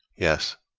yes,